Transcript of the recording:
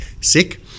sick